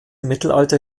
mittelalter